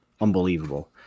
unbelievable